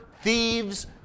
thieves